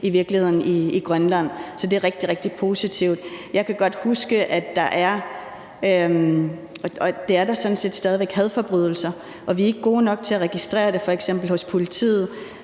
i virkeligheden i Grønland, så det er rigtig, rigtig positivt. Jeg kan godt huske, at der er, og det er der sådan set stadig væk, hadforbrydelser, og vi er ikke gode nok til at registrere det hos f.eks. politiet